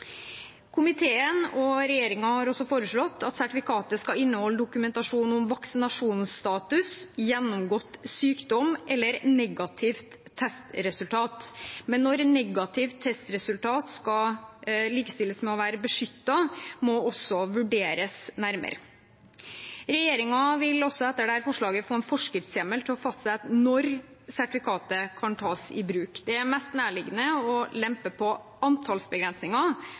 Komiteen og regjeringen har også foreslått at sertifikatet skal inneholde dokumentasjon om vaksinasjonsstatus, gjennomgått sykdom eller negativt testresultat, men når et negativt testresultat skal likestilles med å være beskyttet, må vurderes nærmere. Regjeringen vil med dette forslaget få en forskriftshjemmel til å fastsette når sertifikatet kan tas i bruk. Det er mest nærliggende å lempe på